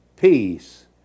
peace